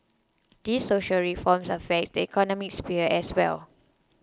these social reforms affect the economic sphere as well